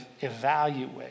evaluate